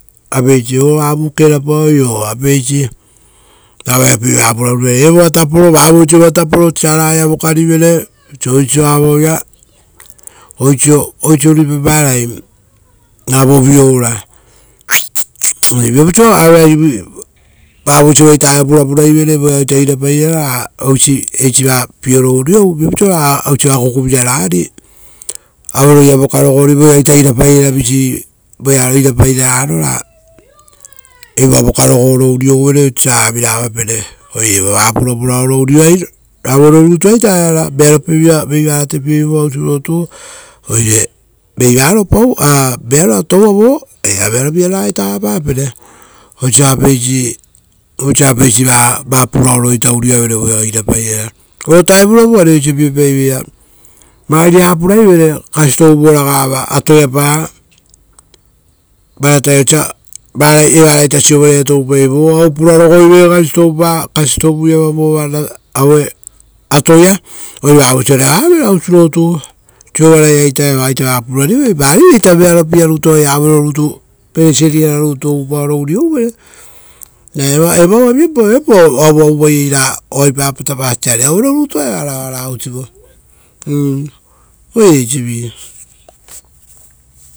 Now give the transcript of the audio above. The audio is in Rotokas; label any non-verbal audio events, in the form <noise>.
Oire veivaro pau <noise> vearoa toua vo eva vearovira ragaita avapapere. Vosa apeisi vosa apeisi vaa, vaa puraoroita uriovere voeao irapairara otaevurovu uva oisio piepaiveira. Viraraga kasitovu voragava atoipa. <noise> Varataia osa varaia evaraita siovaraia toupaive vo oavu purarogoivere kastovu. Kastovu iava vova atoia, oire vavoisiore avavere aus rotu siovaraiaita evoa vaa purarivoi varireita vearopiea rutu oaia auerorutu. Pereseri ara rutu oupaoro uriouvere raa evoava viapau, viapau oavuavu vaiei raa oaira apotapasa ari auerorutu evara ousivo. <hesitation> Oire eisvi. Apeisi oavu kerapaoi. Oapeisi raa vearopievira vaa pura evoa taporo vavoisiva taporo saraia vokarivere oisio oisia vaia. Oisio oisio ruipaparai raa vovio oura <noise> oire vavoisiovaita aue purapuraivere voeaoita irapairara raa oisi eisi pieoro uriou viapais oisio raa, akukuvira raga ari aueroia vokarogori vo voeao irapairara visii voearo irapairararo raa evoa voka rogoro uriouvere osia ragavira avapere. <noise> Oire evoa vaa vuravuraoro urioai auero rutuaita era vearopievira vei varetepiei voo aus rotu. <hesitation> <unintelligible>